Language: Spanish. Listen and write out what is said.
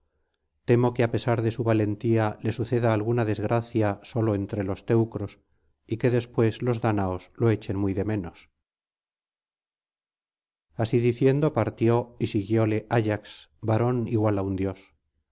temo que á pesar de su valentía le suceda alguna desgracia solo entre los teucros y que después los dáñaos lo echen muy de ménos así diciendo partió y siguióle ayax varón igual á un dios